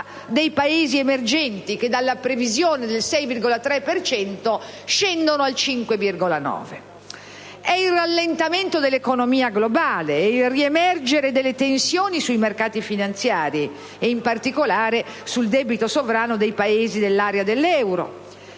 dei Paesi emergenti, che, dalla previsione del 6,3 per cento, scendono al 5,9 per cento. Il rallentamento dell'economia globale e il riemergere delle tensioni sui mercati finanziari, e, in particolare, sul debito sovrano dei Paesi dell'area dell'euro,